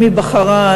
עם היבחרה,